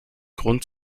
grund